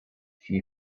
she